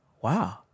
wow